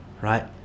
right